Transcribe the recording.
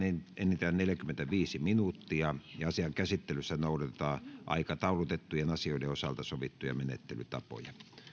enintään neljäkymmentäviisi minuuttia asian käsittelyssä noudatetaan aikataulutettujen asioiden osalta sovittuja menettelytapoja